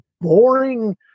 boring